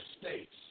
States